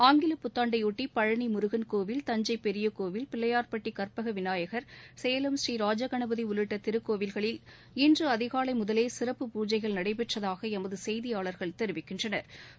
ஆங்கில புத்தான்டையொட்டி பழனி முருகன் கோவில் தஞ்சை பெரியகோவில் பிள்ளையா்பட்டி கற்பக விநாயகர் சேலம் ஸ்ரீராஜகணபதி உள்ளிட்ட திருக்கோவில்களில் இன்று அதிகாலை முதலே சிறப்பு பூஜைகள் நடைபெற்றதாக எமது செய்தியாளா்கள் தெரிவிக்கின்றனா்